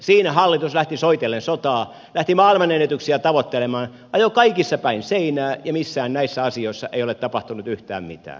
siinä hallitus lähti soitellen sotaan lähti maailmanennätyksiä tavoittelemaan ajoi kaikissa päin seinää ja missään näissä asioissa ei ole tapahtunut yhtään mitään